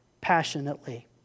passionately